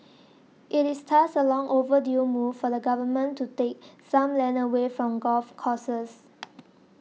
it is thus a long overdue move for the Government to take some land away from golf courses